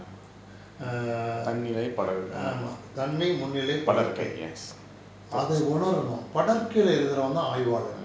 err தன்மை முன்னிலை படர்க்கை அத உணரனும் படர்கையில எழுதுறவன் தான் ஆய்வாளன்:thanmai munnilai padarkkai atha unaranum padarkkayila eluthuravan thaan aayvaalan